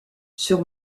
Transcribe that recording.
sur